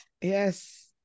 Yes